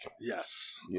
Yes